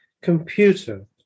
computer